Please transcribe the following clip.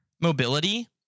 mobility